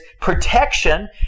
protection